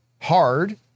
hard